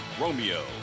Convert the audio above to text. Romeo